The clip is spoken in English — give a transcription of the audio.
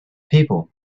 people